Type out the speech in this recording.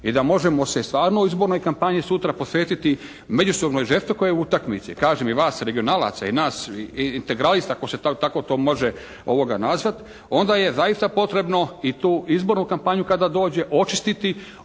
i da možemo se stvarno izbornoj kampanji sutra posvetiti međusobnoj žestokoj utakmici, kažem i vas regionalaca i nas integralista ako se tako to može nazvat. Onda je zaista potrebno i tu izbornu kampanju kada dođe očistiti